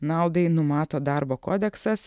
naudai numato darbo kodeksas